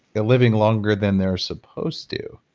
they're living longer than they're supposed to.